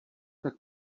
tak